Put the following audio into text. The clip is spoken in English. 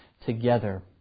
together